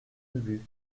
ubu